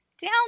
down